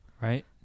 Right